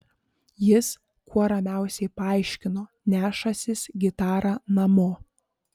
jis kuo ramiausiai paaiškino nešąsis gitarą namo